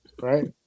right